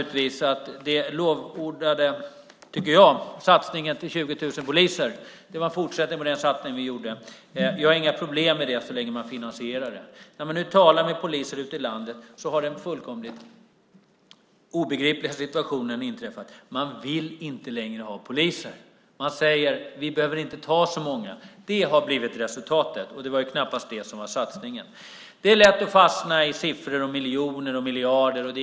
Den, tycker jag, lovordade satsningen till 20 000 poliser är en fortsättning på den satsning som vi gjorde. Jag har inga problem med det så länge man finansierar det. Men när man nu talar med poliser ute i landet märker man att den fullkomligt obegripliga situationen har inträffat att man inte längre vill ha poliser. Man säger: Vi behöver inte ta så många. Det har blivit resultatet, men det är väl knappast det som var satsningen. Det är lätt att fastna i siffror, i miljoner och miljarder.